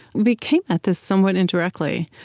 we came at this somewhat indirectly.